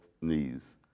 knees